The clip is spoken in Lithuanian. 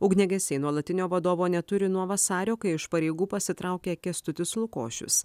ugniagesiai nuolatinio vadovo neturi nuo vasario kai iš pareigų pasitraukė kęstutis lukošius